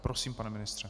Prosím, pane ministře.